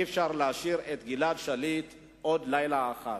אי-אפשר להשאיר את גלעד שליט עוד לילה אחד.